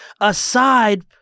aside